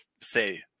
say